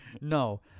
No